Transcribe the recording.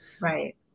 Right